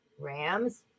Rams